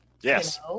Yes